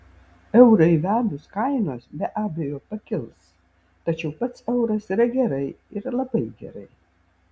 eurą įvedus kainos be abejo pakils tačiau pats euras yra gerai ir labai gerai